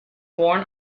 born